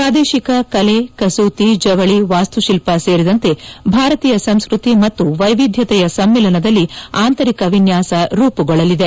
ಪ್ರಾದೇಶಿಕ ಕಲೆ ಕಸೂತಿ ಜವಳಿ ವಾಸ್ತುಶಿಲ್ಪ ಸೇರಿದಂತೆ ಭಾರತೀಯ ಸಂಸ್ಕೃತಿ ಮತ್ತು ವೈವಿಧ್ಯತೆಯ ಸಮ್ಮಿಲನದಲ್ಲಿ ಆಂತರಿಕ ವಿನ್ಯಾಸ ರೂಪುಗೊಳ್ಳಲಿದೆ